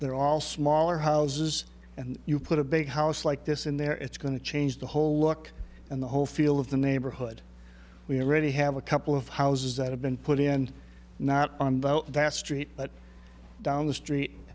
they're all smaller houses and you put a big house like this in there it's going to change the whole look and the whole feel of the neighborhood we already have a couple of houses that have been put in not on that street but down the street